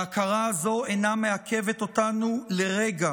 ההכרה הזו אינה מעכבת אותנו לרגע